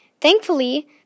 Thankfully